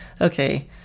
okay